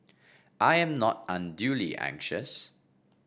I am not unduly anxious